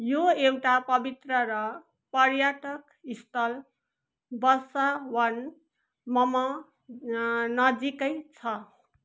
यो एउटा पवित्र र पर्यटक स्थल बसवान मम नजिकै छ